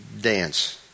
dance